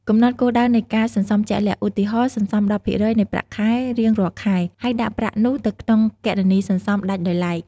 កំណត់គោលដៅនៃការសន្សំជាក់លាក់ ឧទាហរណ៍ សន្សំ ១០% នៃប្រាក់ខែរៀងរាល់ខែ ហើយដាក់ប្រាក់នោះទៅក្នុងគណនីសន្សំដាច់ដោយឡែក។